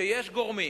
שיש גורמים